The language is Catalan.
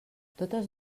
totes